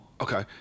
okay